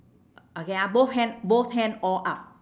okay ah both hand both hand all up